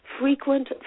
frequent